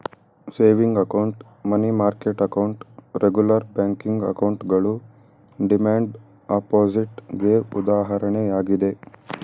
saving account, money market account, regular checking ಅಕೌಂಟ್ಗಳು demand deposit ಗೆ ಉದಾಹರಣೆಯಾಗಿದೆ